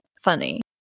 funny